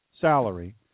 salary